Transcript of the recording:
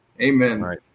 Amen